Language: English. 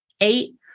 Eight